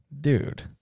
Dude